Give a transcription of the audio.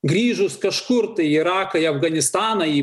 grįžus kažkur tai iraką į afganistaną į